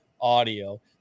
audio